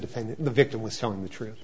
defendant the victim was telling the truth